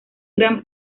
gran